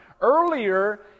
earlier